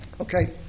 Okay